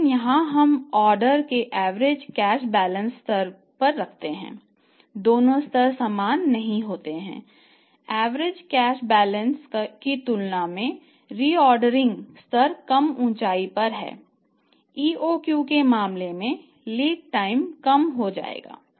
लेकिन EOQ model में reordering कम हो जाएगा